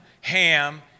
Ham